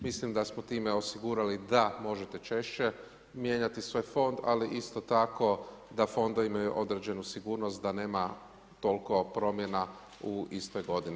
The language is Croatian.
Mislim da smo time osigurali da možete češće mijenjati svoj fond, ali isto tako da fondovi imaju određenu sigurnost da nema toliko promjena u istoj godini.